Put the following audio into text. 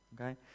Okay